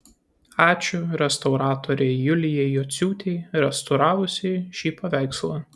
ačiū restauratorei julijai jociūtei restauravusiai šį paveikslą